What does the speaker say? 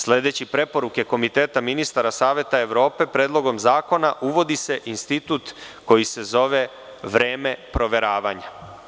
Sledeće preporuke Komiteta ministara Saveta Evrope Predlogom zakona -uvodi se institut koji se zove vreme proveravanja.